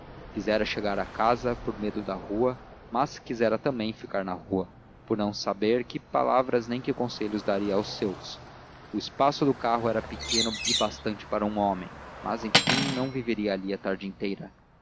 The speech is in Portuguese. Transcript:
quisera chegar a casa por medo da rua mas quisera também ficar na rua por não saber que palavras nem que conselhos daria aos seus o espaço do carro era pequeno e bastante para um homem mas enfim não viveria ali a tarde inteira